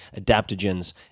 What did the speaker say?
adaptogens